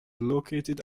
located